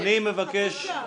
בכפוף לשינויים,